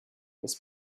this